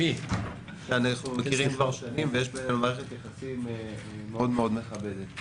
יש בינינו מערכת יחסים מאוד-מאוד מכבדת.